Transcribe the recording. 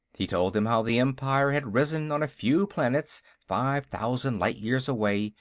he told them how the empire had risen on a few planets five thousand light-years away,